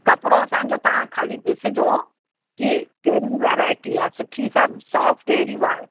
कपिड़ो असांजो तव्हां खाली ॾिसिजो की कहिड़ी वैराएटी आहे सुठी सभु सॉफ़्ट अहिड़ी वाए